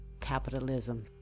capitalism